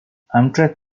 amtrak